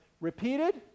repeated